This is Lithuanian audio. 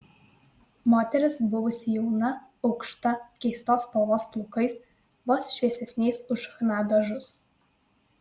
moteris buvusi jauna aukšta keistos spalvos plaukais vos šviesesniais už chna dažus